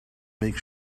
make